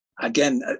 Again